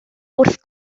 wrth